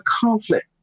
conflict